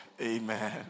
Amen